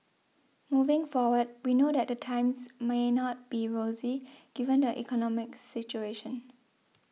moving forward we know that the times may not be rosy given the economic situation